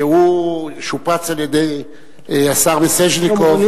ששופץ על-ידי השר מיסז'ניקוב,